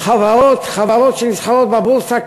חברות שנסחרות בבורסה,